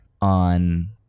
on